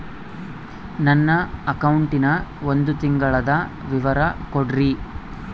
ನನ್ನ ಅಕೌಂಟಿನ ಒಂದು ತಿಂಗಳದ ವಿವರ ಕೊಡ್ರಿ?